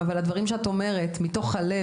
אבל הדברים שאותם את אומרת מתוך הלב